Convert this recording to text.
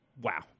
wow